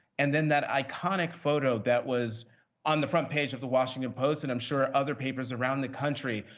and then that iconic photo that was on the front page of the washington post, and i'm sure other papers around the country,